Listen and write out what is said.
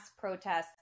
protests